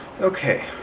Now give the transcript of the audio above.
Okay